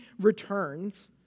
returns